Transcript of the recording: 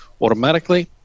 automatically